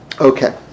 Okay